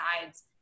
sides